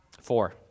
Four